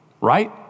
right